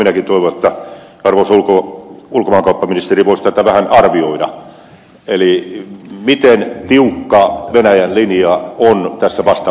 minäkin toivon että arvoisa ulkomaankauppaministeri voisi tätä vähän arvioida miten tiukka venäjän linja on tässä vastavuoroisuuskysymyksessä